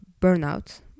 burnout